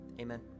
Amen